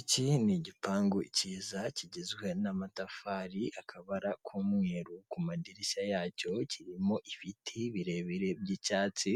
Iki ni igipangu kiza kigizwe n'amatafari akabara k'umweru ku madirishya yacyo, kirimo ibiti birebire by'icyatsi